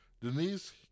Denise